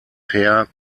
per